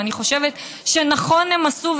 ואני חושבת שנכון הם עשו,